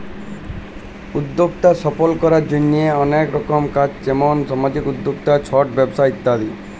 উদ্যক্তাকে সফল করার জন্হে অলেক রকম আছ যেমন সামাজিক উদ্যক্তা, ছট ব্যবসা ইত্যাদি